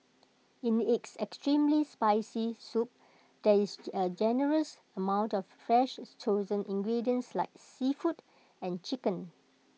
in its extremely spicy soup there is A generous amount of fresh chosen ingredients like seafood and chicken